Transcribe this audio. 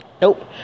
Nope